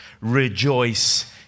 Rejoice